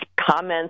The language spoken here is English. comments